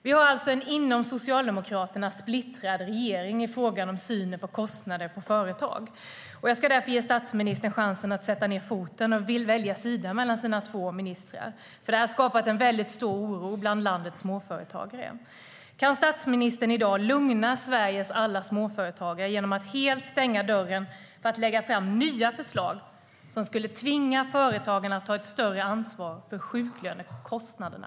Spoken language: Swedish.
Vi har alltså en inom Socialdemokraterna splittrad regering i fråga om synen på kostnader för företag. Jag ska därför ge statsministern chansen att sätta ned foten och välja sida mellan sina två ministrar, för detta har skapat stor oro bland landets småföretagare. Kan statsministern i dag lugna Sveriges alla småföretagare genom att helt stänga dörren för att lägga fram nya förslag som skulle tvinga företagarna att ta ett större ansvar för sjuklönekostnaderna?